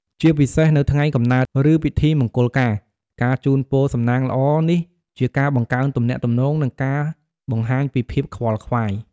ជាពិសេស នៅថ្ងៃកំណើត ឬពិធីមង្គលការ ការជូនពរសំណាងល្អនេះជាការបង្កើនទំនាក់ទំនង និងការបង្ហាញពីភាពខ្វល់ខ្វាយ។